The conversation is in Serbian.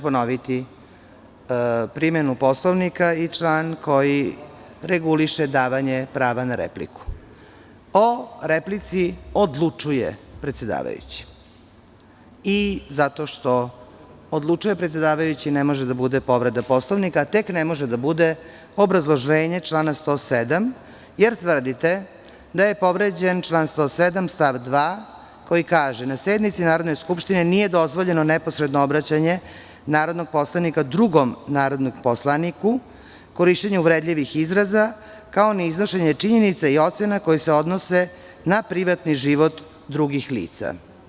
Ponoviću primenu Poslovnika i član koji reguliše davanje prava na repliku: "O replici odlučuje predsedavajući" i zato što odlučuje predsedavajući, ne može da bude povreda Poslovnika, a tek ne može da bude obrazloženje člana 107. jer tvrdite da je povređen član 107. stav 2, koji kaže: "Na sednici Narodne skupštine nije dozvoljeno neposredno obraćanje narodnog poslanika drugom narodnom poslaniku, korišćenje uvredljivih izraza, kao ni iznošenje činjenica i ocena koje se odnose na privatni život drugih lica"